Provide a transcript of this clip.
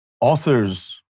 authors